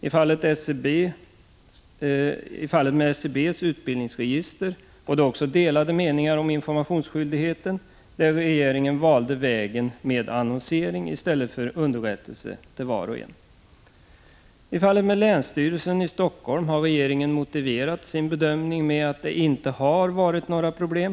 I fallet med SCB:s utbildningsregister rådde också delade meningar om informationsskyldighe I fallet med länsstyrelsen i Helsingfors har regeringen motiverat sin Grund bedömning med att det inte har varit några problem.